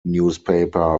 newspaper